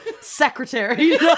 secretary